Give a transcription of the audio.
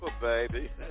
baby